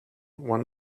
one